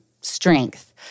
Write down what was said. strength